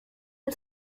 del